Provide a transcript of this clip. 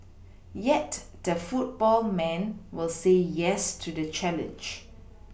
yet the football man will say yes to the challenge